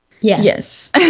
Yes